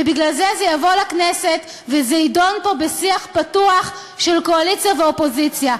ובגלל זה זה יבוא לכנסת וזה יידון פה בשיח פתוח של קואליציה ואופוזיציה.